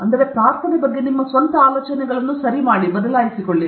ಆದ್ದರಿಂದ ಪ್ರಾರ್ಥನೆ ಬಗ್ಗೆ ನಿಮ್ಮ ಸ್ವಂತ ಆಲೋಚನೆಗಳನ್ನು ಸರಿ ಬದಲಾಯಿಸಬಹುದು